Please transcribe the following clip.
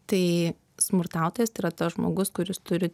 tai smurtautojas tai yra tas žmogus kuris turi